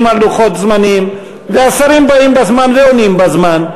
על לוחות זמנים והשרים באים בזמן ועונים בזמן.